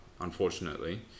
unfortunately